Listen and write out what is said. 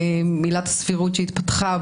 עילת הסבירות שהתפתחה.